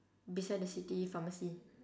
beside the city pharmacy